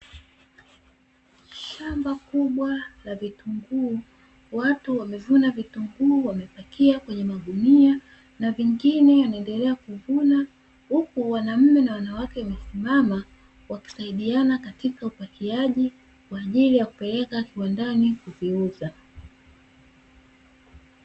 Shamba kubwa la vitunguu, watu wamevuna vitunguu wamepakia kwenye magunia. Na vingine wanaendelea kuvuna, huku wanaume kwa wanawake wamesimama wakisaidiana katika upakiaji, kwa ajili ya kupeleka kiwandani kuviuza.